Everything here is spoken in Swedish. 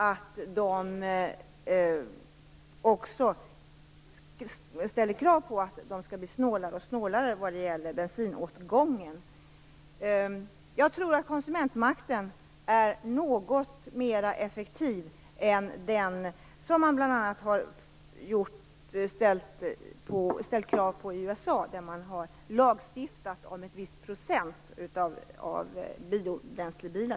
För det andra ställs kravet att bilarna måste bli allt snålare vad gäller bensinåtgången. Jag tror att konsumentmakten är något effektivare än t.ex. kraven i USA, där man har lagstiftat om en viss procent biobränslebilar.